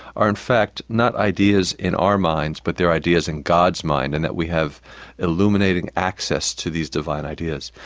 are in fact not ideas in our minds, but they're ideas in god's mind, and that we have illuminated access to these divine ideas.